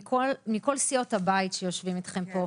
אני גם אגיד שזה חברי כנסת מכל סיעות הבית שיושבים איתכם פה.